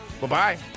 Bye-bye